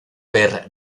per